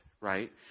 right